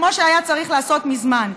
כמו שהיה צריך לעשות מזמן.